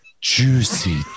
Juicy